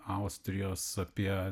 austrijos apie